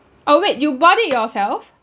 oh wait you bought it yourself